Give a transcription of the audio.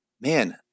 man